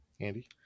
Andy